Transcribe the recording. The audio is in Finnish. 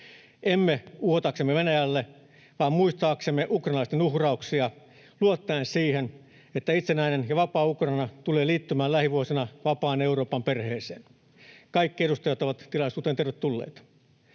emme uhotaksemme Venäjälle, vaan muistaaksemme ukrainalaisten uhrauksia luottaen siihen, että itsenäinen ja vapaa Ukraina tulee liittymään lähivuosina vapaan Euroopan perheeseen. Kaikki edustajat ovat tilaisuuteen tervetulleita.